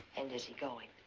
and is he going?